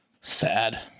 Sad